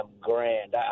grand